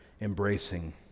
embracing